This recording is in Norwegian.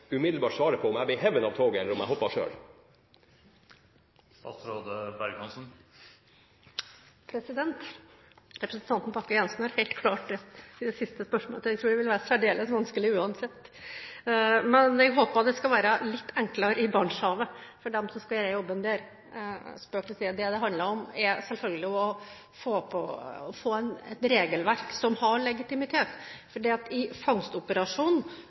på om jeg har blitt hevet av toget, eller om jeg hoppet selv! Representanten Bakke-Jensen har helt klart rett i det siste – det tror jeg ville være særdeles vanskelig, uansett. Jeg håper det blir litt enklere i Barentshavet for dem som skal gjøre jobben der. Spøk til side: Det det handler om, er selvfølgelig å få et regelverk som har legitimitet, for i fangstoperasjonen er det opplagt at ting kan skje – fisk kan komme i